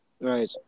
Right